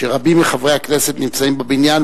שרבים מחברי הכנסת נמצאים בבניין,